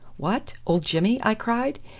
what! old jimmy? i cried.